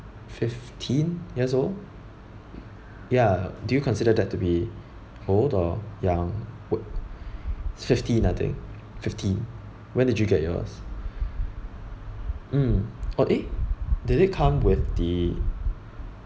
fifteen years old ya do you know consider that to be old or young fifteen I think fifteen when did you get yours mm oh eh did it come with the